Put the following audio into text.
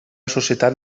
societat